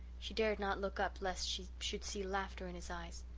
she dared not look up lest she should see laughter in his eyes.